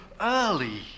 early